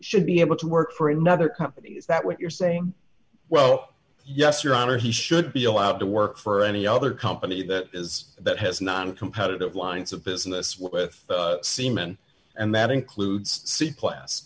should be able to work for another company is that what you're saying well yes your honor he should be allowed to work for any other company that is that has not been competitive lines of business with seamen and that includes sea class